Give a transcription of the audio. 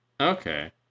okay